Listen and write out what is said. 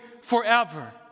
forever